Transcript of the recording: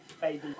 baby